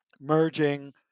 merging